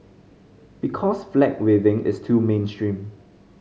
because flag waving is too mainstream